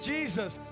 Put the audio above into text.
Jesus